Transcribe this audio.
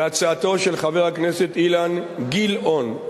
בהצעתו של חבר הכנסת אילן גילאון,